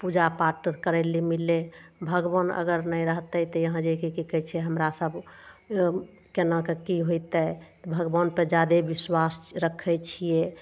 पूजा पाठ करय लए मिललय भगवान अगर नहि रहतय तऽ यहाँ जाके कि कहय छै हमरा सब केना कऽ कि होइतय भगवानपर जादे विश्वास रखय छियै